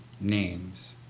names